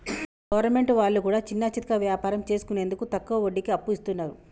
government వాళ్లు కూడా చిన్నాచితక వ్యాపారం చేసుకునేందుకు తక్కువ వడ్డీకి అప్పు ఇస్తున్నరు